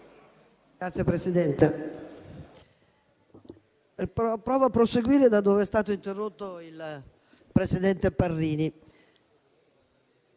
Signora Presidente, provo a proseguire da dove è stato interrotto il presidente Parrini.